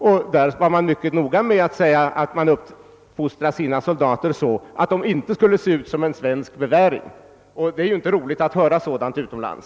Han var mycket noga med att framhålla att man där uppfostrar sina soldater så att de inte skall se ut som en svensk beväring. Det är inte roligt att höra sådant utomlands.